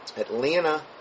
Atlanta